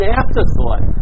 afterthought